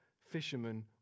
fishermen